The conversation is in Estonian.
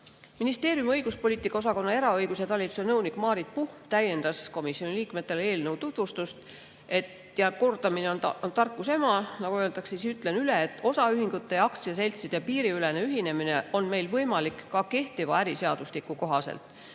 õiguspoliitika osakonna eraõiguse talituse nõunik Maarit Puhm täiendas komisjoni liikmetele eelnõu tutvustust. Et kordamine on tarkuse ema, nagu öeldakse, siis ütlen üle. Osaühingute ja aktsiaseltside piiriülene ühinemine on meil võimalik ka kehtiva äriseadustiku kohaselt.